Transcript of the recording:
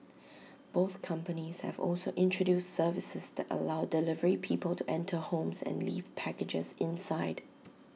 both companies have also introduced services that allow delivery people to enter homes and leave packages inside